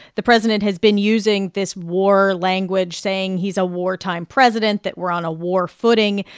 the president has been using this war language, saying he's a wartime president, that we're on a war footing,